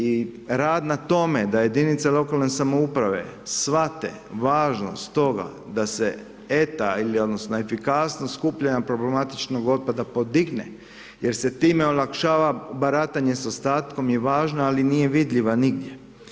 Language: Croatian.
I rad na tome da jedinice lokalne samouprave shvate važnost toga da se ETA ili odnosno efikasnost skupljanja problematičnog otpada podigne jer se time olakšava baratanje sa ostatkom je važna ali nije vidljiva nigdje.